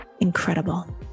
incredible